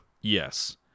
Yes